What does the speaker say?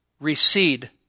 recede